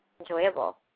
enjoyable